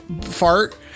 fart